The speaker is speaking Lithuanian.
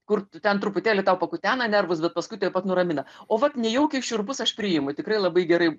kur tu ten truputėlį tau pakutena nervus bet paskui tuoj pat nuramina o vat nejaukiai šiurpus aš priimu tikrai labai gerai